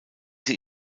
sie